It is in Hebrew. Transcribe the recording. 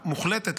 מוחלטת,